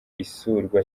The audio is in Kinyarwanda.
isurwa